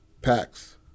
packs